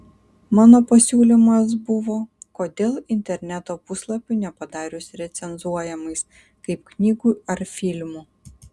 mano pasiūlymas buvo kodėl interneto puslapių nepadarius recenzuojamais kaip knygų ar filmų